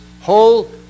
whole